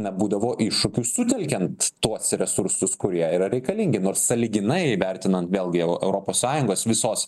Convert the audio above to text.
nebūdavo iššūkių sutelkiant tuos resursus kurie yra reikalingi nors sąlyginai vertinant vėlgi europos sąjungos visos